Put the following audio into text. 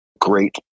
great